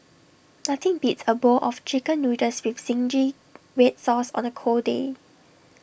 nothing beats A bowl of Chicken Noodles with Zingy Red Sauce on A cold day